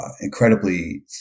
incredibly